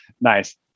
Nice